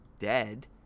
dead